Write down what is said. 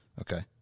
Okay